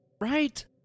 Right